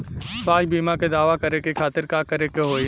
स्वास्थ्य बीमा के दावा करे के खातिर का करे के होई?